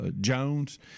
Jones